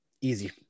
easy